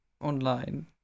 online